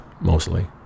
mostly